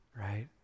right